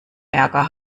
ärger